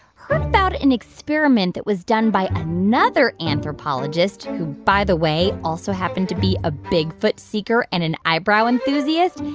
heard about an experiment that was done by another anthropologist who, by the way, also happened to be a bigfoot seeker and an eyebrow enthusiast.